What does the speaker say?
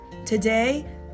Today